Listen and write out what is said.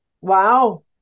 Wow